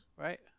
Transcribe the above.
right